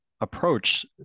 approach